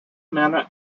männer